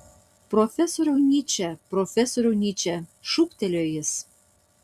profesoriau nyče profesoriau nyče šūktelėjo jis